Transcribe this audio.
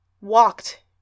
walked